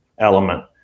element